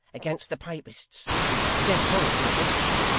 against the papists against one of em at least,